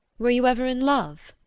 were you ever in love?